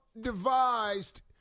devised